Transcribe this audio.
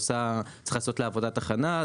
שצריך לעשות לה עבודת הכנה.